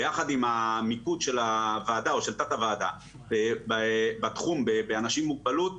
ביחד עם המיקוד של תת הוועדה בתחום באנשים עם מוגבלות,